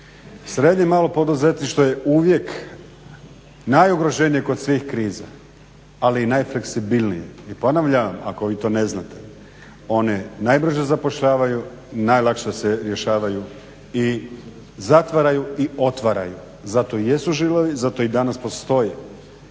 Srednje i malo poduzetništvo je uvijek najugroženije kod svih kriza, ali i najfleksibilnije. I ponavljam vam ako vi to ne znate, one najbrže zapošljavaju, najlakše se rješavaju i zatvaraju i otvaraju, zato i jesu žilavi, zato i danas postoji